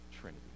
Trinity